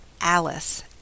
Alice